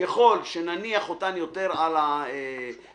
ככל שנניח אותן יותר על השולחן,